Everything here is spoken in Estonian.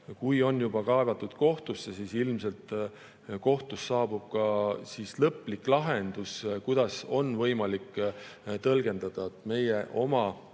kui on juba kaevatud kohtusse, siis ilmselt kohtus saabub lõplik lahendus, kuidas on võimalik seda tõlgendada. Meie oma